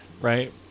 Right